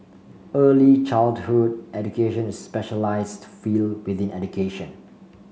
early childhood education is a specialised field within education